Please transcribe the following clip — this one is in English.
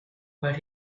but